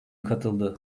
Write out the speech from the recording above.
katıldı